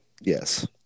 Yes